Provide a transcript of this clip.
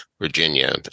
Virginia